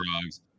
drugs